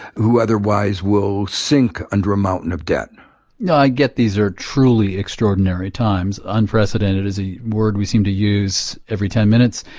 who otherwise will sink under a mountain of debt now i get these are truly extraordinary times unprecedented is a word we seem to use every ten minutes.